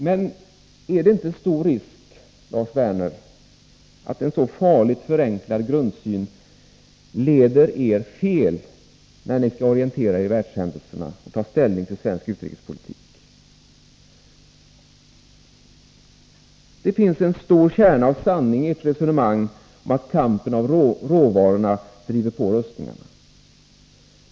Men är inte risken stor, Lars Werner, att en så farligt förenklad grundsyn leder er fel när ni skall orientera er i världshändelserna och ta ställning till svensk utrikespolitik? Det finns en stor kärna av sanning i ert resonemang om att kampen om råvarorna driver på rustningarna.